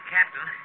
Captain